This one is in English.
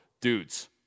Dudes